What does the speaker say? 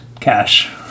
cash